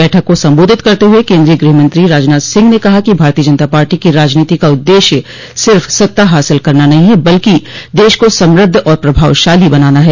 बैठक को संबोधित करते हुए केन्द्रीय गृहमंत्री राजनाथ सिंह ने कहा कि भारतीय जनता पार्टी की राजनीति का उद्देश्य सिर्फ सत्ता हासिल करना नहीं है बल्कि देश को समृद्ध और प्रभावशाली बनाना है